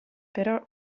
però